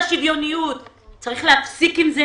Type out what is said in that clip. צריך להפסיק עם זה